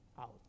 out